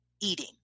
eating